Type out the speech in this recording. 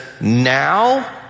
now